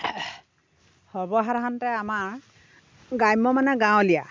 সৰ্বসাধাৰণতে আমাৰ গ্ৰাম্য মানে গাঁৱলীয়া